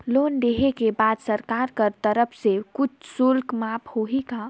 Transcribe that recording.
Loan लेहे के बाद सरकार कर तरफ से कुछ शुल्क माफ होही का?